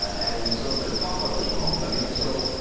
and so, let's talk about this for a moment. i mean, so